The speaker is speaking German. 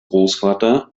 großvater